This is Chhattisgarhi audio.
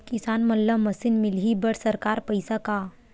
किसान मन ला मशीन मिलही बर सरकार पईसा का?